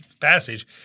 passage